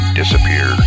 disappear